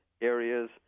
areas